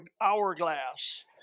hourglass